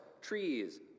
trees